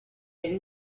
elle